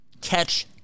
Catch